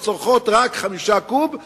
שצורכות רק 5 קוב,